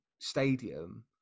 stadium